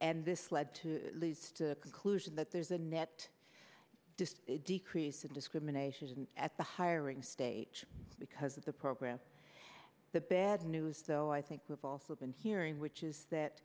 and this led to leads to the conclusion that there's a net decrease of discrimination at the hiring stage because of the program the bad news though i think we've also been hearing which is that